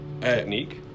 Technique